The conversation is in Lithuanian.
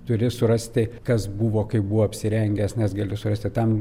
turi surasti kas buvo kaip buvo apsirengęs nes galiu surasti tam